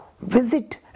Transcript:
visit